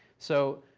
so,